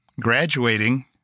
graduating